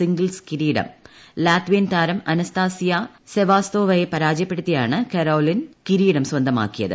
singles കിരീടം Latvian താരം Anastasija സെവാസ്തോവയെ പരാജയപ്പെടുത്തിയതാണ് കരോലീൻ കിരീടം സ്വന്തമാക്കിയത്